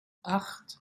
acht